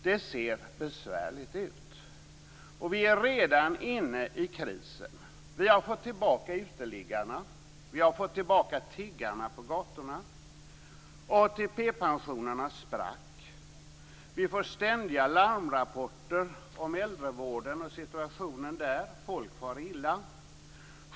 Det ser besvärligt ut. Vi är redan inne i krisen. Uteliggarna har kommit tillbaka liksom tiggarna på gatorna. Det kommer ständiga larmrapporter om äldrevården och situationen där. Folk far illa.